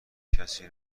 کسی